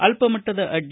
ಅಲ್ಲಮಟ್ಟದ ಅಡ್ಡಿ